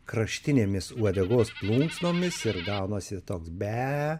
kraštinėmis uodegos plunksnomis ir gaunasi toks be